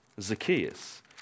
Zacchaeus